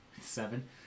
Seven